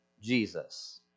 Jesus